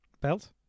Belt